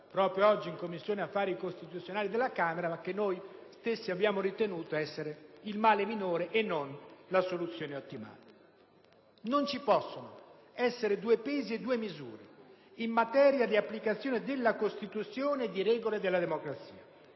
proprio oggi in Commissione affari costituzionali, che noi stessi abbiamo ritenuto essere il male minore e non la soluzione ottimale. Non ci possono essere due pesi e due misure in materia di applicazione della Costituzione e di regole della democrazia.